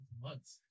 months